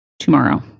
tomorrow